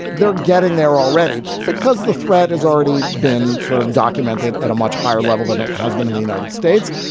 they're getting there already because of the threat has already been sort of documented at a much higher level than it has been in the united states.